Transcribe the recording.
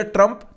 Trump